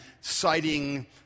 citing